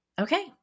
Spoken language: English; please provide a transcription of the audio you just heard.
okay